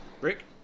Rick